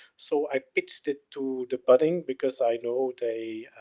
so i pitched it to the pudding because i know they,